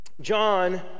John